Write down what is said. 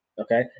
Okay